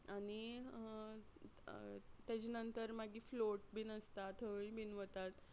आनी ताचे नंतर मागीर फ्लोट बीन आसता थंय बीन वतात